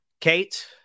Kate